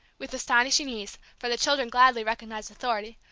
with astonishing ease, for the children gladly recognized authority,